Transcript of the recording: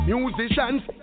Musicians